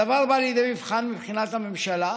הדבר בא לידי מבחן, מבחינת הממשלה,